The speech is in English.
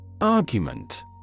Argument